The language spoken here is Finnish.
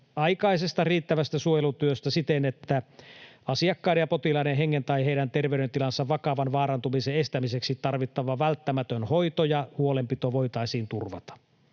aikaisesta riittävästä suojelutyöstä siten, että asiakkaiden tai potilaiden hengen tai heidän terveydentilansa vakavan vaarantumisen estämiseksi tarvittava välttämätön hoito ja huolenpito voitaisiin turvata.